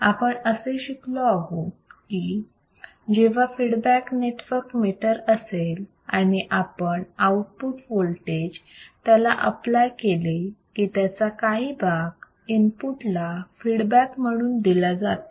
आपण असे शिकलो की जेव्हा फीडबॅक नेटवर्क मिटर असेल आणि आपण आउटपुट वोल्टेज त्याला आपलाय केले की त्याचा काही भाग इनपुट ला फीडबॅक म्हणून दिला जातो